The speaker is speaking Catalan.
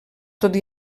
tot